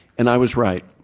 and i was right.